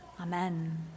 Amen